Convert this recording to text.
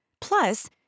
Plus